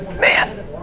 Man